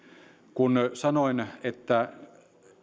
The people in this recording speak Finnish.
kun sanoin että